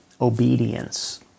obedience